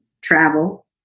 travel